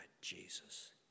Jesus